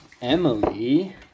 Emily